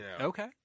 Okay